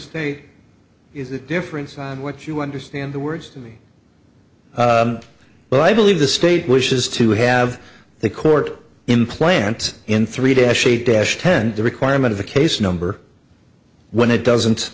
state is a difference on what you understand the words to me but i believe the state wishes to have the court implant in three days she dash ten the requirement of a case number one it doesn't